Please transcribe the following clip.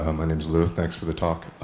ah my name's luke. thanks for the talk.